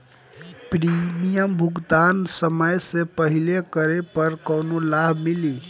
Premium भुगतान समय से पहिले करे पर कौनो लाभ मिली?